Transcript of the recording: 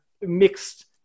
mixed